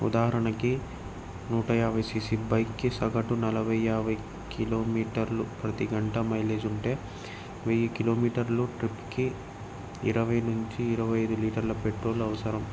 ఉదాహరణకి నూటయాభై సిసి బైక్కి సగటు నలభై యాభై కిలోమీటర్లు ప్రతి గంట మైలేజ్ ఉంటే వెయ్యి కిలోమీటర్లు ట్రిప్కి ఇరవై నుంచి ఇరవై ఐదు లీటర్ల పెట్రోల్ అవసరం